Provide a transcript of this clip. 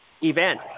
event